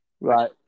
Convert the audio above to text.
Right